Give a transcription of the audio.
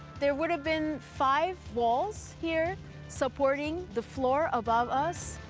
there would have been five walls here supporting the floor above us,